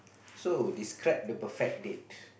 so describe the perfect date